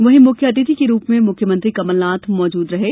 वहीं मुख्य अतिथि के रूप में मुख्यमंत्री कमलनाथ मौजूद रहें